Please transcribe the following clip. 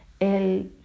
el